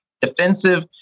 defensive